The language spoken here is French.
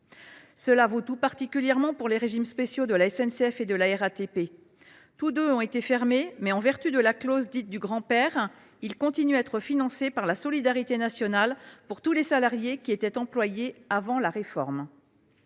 Cela vaut tout particulièrement pour les régimes spéciaux de la SNCF et de la RATP. Tous deux ont été fermés, mais, en vertu de la clause dite du « grand père », ils continuent d’être financés par la solidarité nationale pour tous les salariés qui étaient employés avant la réforme.